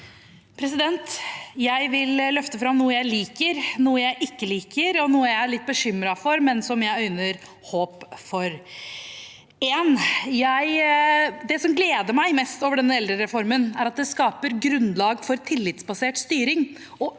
Jeg vil løfte fram noe jeg liker, noe jeg ikke liker, og noe jeg er litt bekymret for, men som jeg øyner håp for. Det som gleder meg mest med denne eldrereformen, er at den skaper grunnlag for tillitsbasert styring og økt